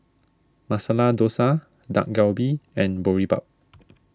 Masala Dosa Dak Galbi and Boribap